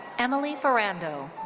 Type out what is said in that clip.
emily ferrando.